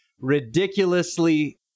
ridiculously